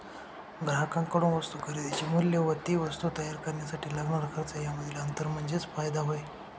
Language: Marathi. ग्राहकांकडून वस्तू खरेदीचे मूल्य व ती वस्तू तयार करण्यासाठी लागणारा खर्च यामधील अंतर म्हणजे फायदा होय